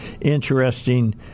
interesting